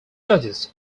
suggests